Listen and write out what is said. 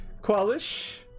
qualish